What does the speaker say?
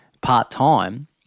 part-time